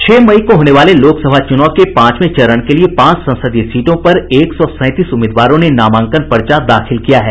छह मई को होने वाले लोकसभा चुनाव के पांचवें चरण के लिए पांच संसदीय सीटों पर एक सौ सैंतीस उम्मीदवारों ने नामांकन पर्चा दाखिल किया है